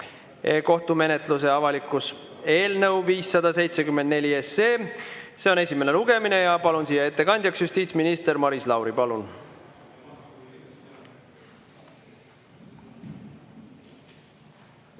(kohtumenetluse avalikkus) 574. See on esimene lugemine. Palun siia ettekandjaks justiitsminister Maris Lauri. Palun!